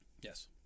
Yes